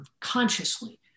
consciously